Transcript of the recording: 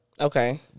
Okay